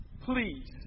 please